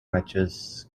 matches